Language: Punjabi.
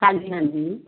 ਹਾਂਜੀ ਹਾਂਜੀ